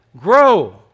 Grow